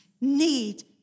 need